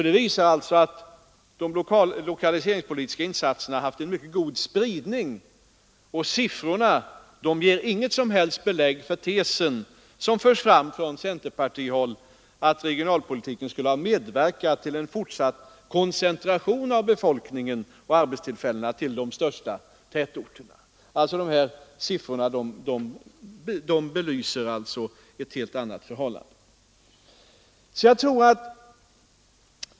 Det visar att de lokaliseringspolitiska insatserna haft en mycket god spridning, och siffrorna ger inget som helst belägg för tesen, som förts fram från centerpartihåll, att regionalpolitiken skulle ha medverkat till en fortsatt koncentration av befolkningen och arbetstillfällena till de stora tätorterna. Siffrorna belyser ett helt annat förhållande.